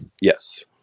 Yes